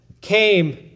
came